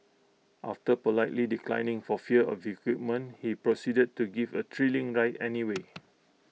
after politely declining for fear of equipment he proceeded to give A thrilling ride anyway